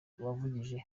umurishyo